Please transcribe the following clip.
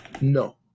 No